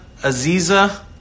Aziza